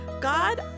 God